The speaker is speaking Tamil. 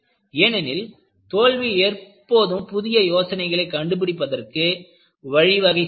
ஏனெனில் தோல்வி எப்போதும் புதிய யோசனைகளை கண்டுபிடிப்பதற்கு வழிவகை செய்யும்